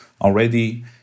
already